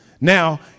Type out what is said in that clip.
Now